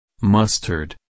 Mustard